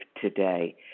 today